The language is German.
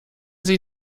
sie